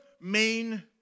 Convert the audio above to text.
main